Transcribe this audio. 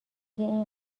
این